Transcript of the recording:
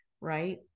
right